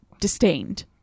disdained